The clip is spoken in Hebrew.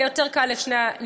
יהיה יותר קל לכולם,